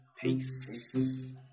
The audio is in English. Peace